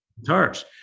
guitars